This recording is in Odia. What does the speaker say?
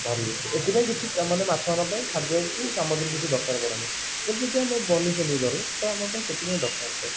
ଧରିହୁଏ ଏଥିପାଇଁ କିଛି ମାନେ ମାଛମାନଙ୍କ ପାଇଁ ଖାଦ୍ୟ କି ସାମଗ୍ରୀ ଦରକାର ପଡ଼େନି କିନ୍ତୁ ଆମେ ଯଦି ବନିସୀ ଫନୀଶରେ ଧରୁ ତ ଆମପାଇଁ ସେଥିପାଇଁ ଦରକାର ହୁଏ